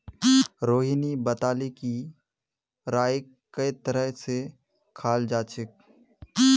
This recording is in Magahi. रोहिणी बताले कि राईक कई तरह स खाल जाछेक